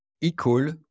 equal